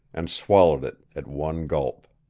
and swallowed it at one gulp.